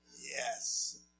Yes